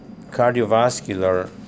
cardiovascular